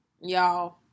y'all